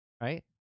Right